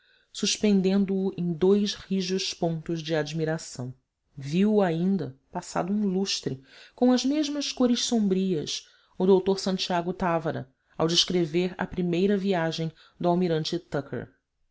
suspendendo o em dois rijos pontos de admiração viu-o ainda passado um lustro com as mesmas cores sombrias o dr santiago tavara ao descrever a primeira viagem do almirante